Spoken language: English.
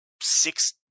six